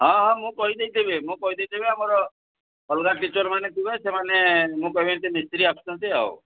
ହଁ ହଁ ମୁଁ କହିଦେଇଥିବି ମୁଁ କହିଦେଇଥିବି ଆମର ଅଲଗା ଟିଚରମାନେ ଥିବେ ସେମାନେ ମୁଁ କହିଦେଇ ଥିବି ମିସ୍ତ୍ରୀ ଆସୁଛନ୍ତି ଆଉ